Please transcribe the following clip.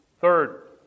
Third